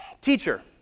teacher